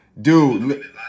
dude